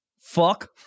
Fuck